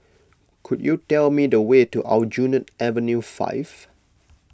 could you tell me the way to Aljunied Avenue five